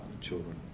children